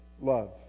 love